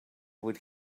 would